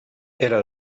era